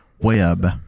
Web